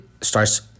starts